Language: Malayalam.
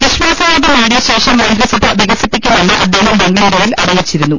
വിശ്വാസവോട്ട് നേടിയശേഷം മന്ത്രിസഭ വിക സിപ്പിക്കുമെന്ന് അദ്ദേഹം ബംഗലൂരുവിൽ അറിയിച്ചിരുന്നു